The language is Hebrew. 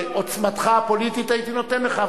לעוצמתך הפוליטית, הייתי נותן לך.